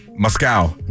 Moscow